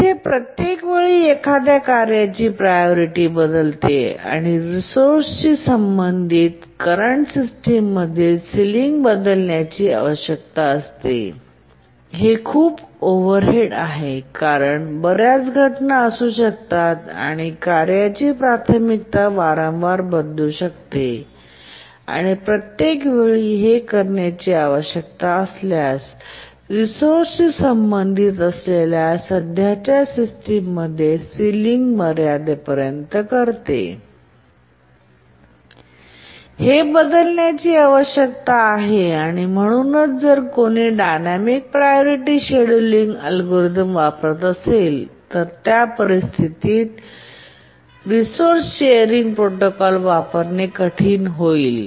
येथे प्रत्येक वेळी एखाद्या कार्याची प्रायोरिटी बदलते आणि रिसोअर्सशी संबंधित सद्य सिस्टिमची सिलिंग बदलण्याची आवश्यकता असते आणि हे खूपच ओव्हरहेड आहे कारण बर्याच घटना असू शकतात आणि कार्यांची प्राथमिकता वारंवार बदलू शकते आणि प्रत्येक वेळी हे करण्याची आवश्यकता असल्यास स्रोतांशी संबंधित असलेल्या सध्याच्या सिस्टम सिलिंग मर्यादेपर्यन्त करते हे बदलण्याची आवश्यकता आहे आणि म्हणूनच जर कोणी डायनॅमिक प्रायोरिटी शेड्यूलिंग अल्गोरिदम वापरत असेल तर त्या परिस्थितीत रिसोर्स शेरिंग प्रोटोकॉल वापरणे कठीण होईल